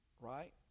right